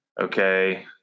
okay